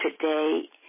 today